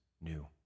new